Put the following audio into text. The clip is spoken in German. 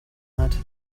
hat